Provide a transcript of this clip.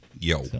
Yo